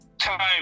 time